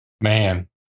man